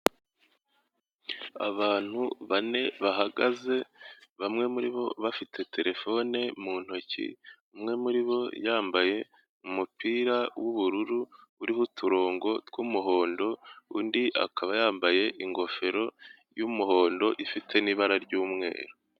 Abantu bane bahagaze, bamwe muri bo bafite telefone mu ntoki, umwe muri bo yambaye umupira w'ubururu uriho uturongo tw'umuhondo, undi akaba yambaye ingofero y'umuhondo ifite n'ibara ry'umweru.